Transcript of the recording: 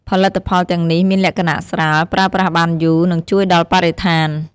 ផលិតផលទាំងនេះមានលក្ខណៈស្រាល ប្រើប្រាស់បានយូរ និងជួយដល់បរិស្ថាន។